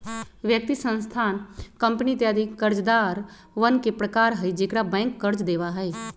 व्यक्ति, संस्थान, कंपनी इत्यादि कर्जदारवन के प्रकार हई जेकरा बैंक कर्ज देवा हई